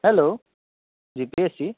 hello G P S C